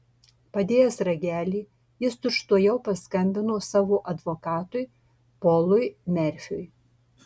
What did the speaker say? padėjęs ragelį jis tučtuojau paskambino savo advokatui polui merfiui